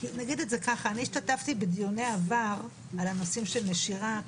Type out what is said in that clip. נגיד את זה ככה אני השתתפתי בדיוני עבר על הנושא של הנשירה,